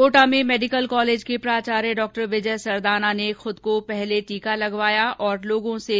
Kota medical college के प्राचार्य डॉ विजय सरदाना ने खुद कोविड टीका लगवाया और लोगों को